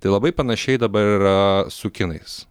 tai labai panašiai dabar yra su kinais